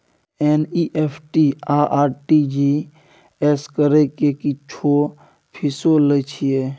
NEFT आ RTGS करै के कुछो फीसो लय छियै?